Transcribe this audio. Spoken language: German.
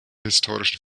historischen